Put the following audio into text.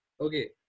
Okay